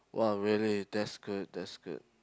!wah! really that's good that's good